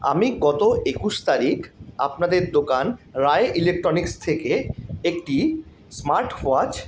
আমি গত একুশ তারিখ আপনাদের দোকান রায় ইলেকট্রনিক্স থেকে একটি স্মার্ট ওয়াচ